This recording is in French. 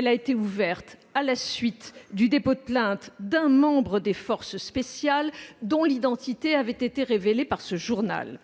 a été ouverte à la suite du dépôt de plainte d'un membre des forces spéciales dont l'identité avait été révélée par ce journal.